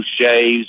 shaves